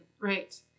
Right